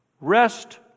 rest